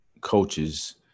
coaches